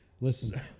Listen